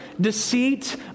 deceit